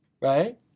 right